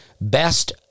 best